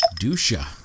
Dusha